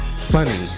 funny